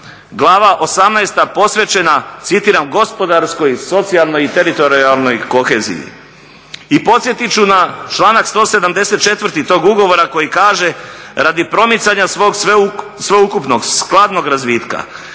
glava 18 posvećena "Gospodarskoj, socijalnoj i teritorijalnoj koheziji." I podsjetiti ću na članak 174. tog ugovora koji kaže "Radi promicanja svog sveukupnog, skladnog razvitka